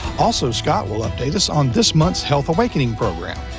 also, scott will update us on this month's health awakening program.